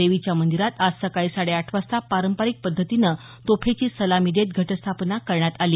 देवीच्या मंदिरात आज सकाळी साडेआठ वाजता पारंपरिक पद्धतीने तोफेची सलामी देत घटस्थापना करण्यात आली